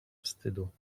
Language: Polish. wstydu